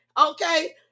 okay